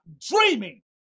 dreaming